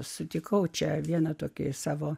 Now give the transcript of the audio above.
sutikau čia vieną tokį savo